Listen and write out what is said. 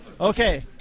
Okay